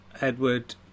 Edward